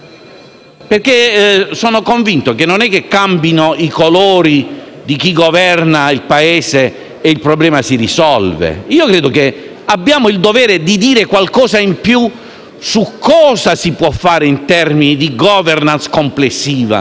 perché sono convinto che non è cambiando il colore di chi governa il Paese che il problema si risolve. Credo che abbiamo il dovere di dire qualcosa in più su cosa si può fare in termini di *governance* complessiva